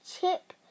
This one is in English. Chip